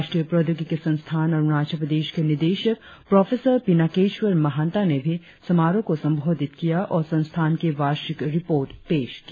राष्ट्रीय प्रौद्योगिकी संस्थान अरुणाचल प्रदेश के निदेशक प्रोफेसर पिनाकेश्वर महान्ता ने भी समारोह को संबोधित किया और संस्थान की वार्षिक रिपोर्ट पेश की